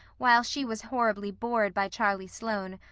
while she was horribly bored by charlie sloane,